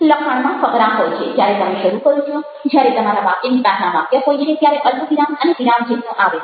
લખાણમાં ફકરા હોય છે જ્યારે તમે શરૂ કરો છો જ્યારે તમારા વાક્યની પહેલાં વાક્ય હોય છે ત્યારે અલ્પવિરામ અને વિરામચિહ્નો આવે છે